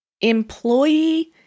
Employee